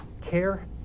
care